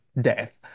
death